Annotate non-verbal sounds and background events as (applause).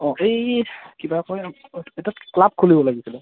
অঁ এই কিবা কয় (unintelligible) এটা ক্লাব খুলিব লাগিছিলে